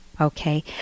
okay